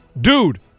dude